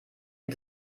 die